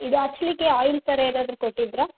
ಇದು ಹಚ್ಚಲಿಕ್ಕೆ ಆಯಿಲ್ ಥರ ಏನಾದ್ರೂ ಕೊಟ್ಟಿದ್ದರಾ